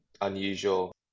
unusual